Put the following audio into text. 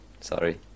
sorry